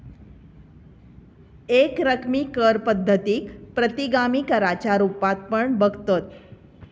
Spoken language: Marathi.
एकरकमी कर पद्धतीक प्रतिगामी कराच्या रुपात पण बघतत